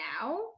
now